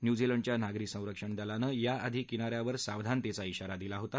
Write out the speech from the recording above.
न्युझिलंडच्या नागरी संरक्षण दलानं याआधी किना यांवर सावधानतेचा शिवा दिला होता